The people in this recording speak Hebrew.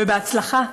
ובהצלחה.